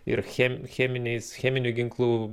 ir chem cheminiais cheminiu ginklu